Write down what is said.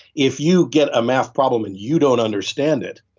if you get a math problem and you don't understand it,